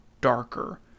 darker